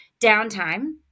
downtime